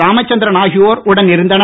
ராமச்சந்திரன் ஆகியோர் உடன் இருந்தனர்